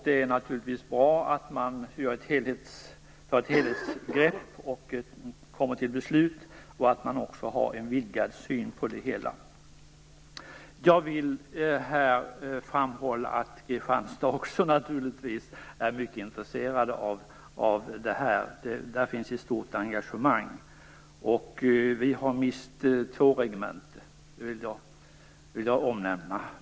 Det är naturligtvis bra att ta ett helhetsgrepp, fatta beslut och att ha en vidgad syn över det hela. Jag vill här framhålla att vi i Kristianstad naturligtvis är intresserade av denna fråga. Där finns ett stort engagemang. Staden har mist två regementen.